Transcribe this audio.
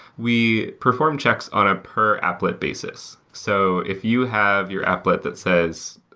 we perform checks on a per applet basis. so if you have your applet that says,